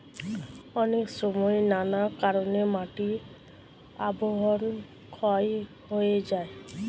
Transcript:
অনেক সময় নানা কারণে মাটির আবরণ ক্ষয় হয়ে যায়